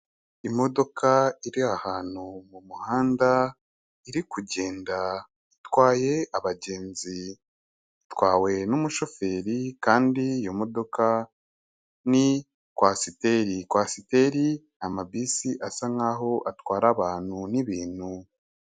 Imodoka iri ahantu mu muhanda, iri kugenda. Itwaye abagenzi. Itwawe n'imushoferi, kandi iyo modoka ni kwasiteri. Kwasiteri ni amabisi asa nk'aho atwara abantu n'ibintu.